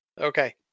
Okay